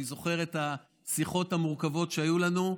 אני זוכר את השיחות המורכבות שהיו לנו.